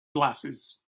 glasses